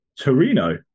Torino